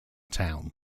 town